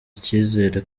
icyizere